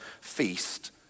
feast